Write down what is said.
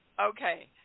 Okay